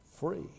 free